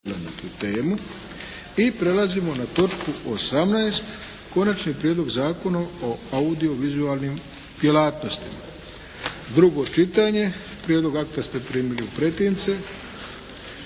I prelazimo na točku 18. - Konačni prijedlog Zakona o audiovizualnim djelatnostima, drugo čitanje P.Z. BR. 656 Prijedlog akta ste primili u pretince.